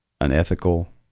unethical